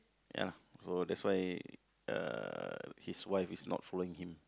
ya so that's why uh his wife is not following him